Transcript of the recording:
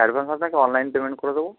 advance আপনাকে online payment করে দেবো